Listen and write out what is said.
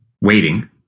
waiting